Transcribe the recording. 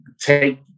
take